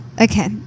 Okay